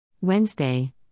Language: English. Wednesday